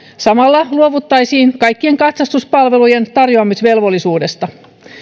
samalla luovuttaisiin kaikkien katsastuspalvelujen tarjoamisvelvollisuudesta